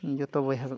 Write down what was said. ᱡᱚᱛᱚ ᱵᱚᱭᱦᱟ